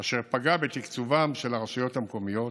אשר פגע בתקצובן של הרשויות המקומיות.